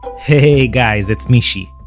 hey guys, it's mishy.